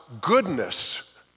goodness